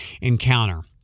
encounter